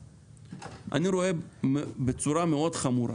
אני רואה בצורה מאוד חמורה